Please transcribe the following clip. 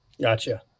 Gotcha